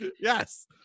Yes